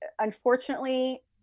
unfortunately